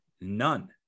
None